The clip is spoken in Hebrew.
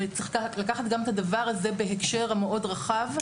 וצריך לקחת גם את הדבר הזה בהקשר המאוד רחב,